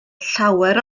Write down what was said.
llawer